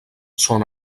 són